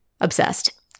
Obsessed